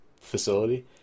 facility